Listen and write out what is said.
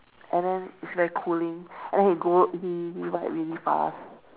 and then it's very cooling and then he go he he ride really fast